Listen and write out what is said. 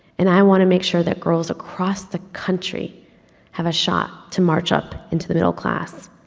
and i want to make sure that girls across the country have a shot to march up into the middle class.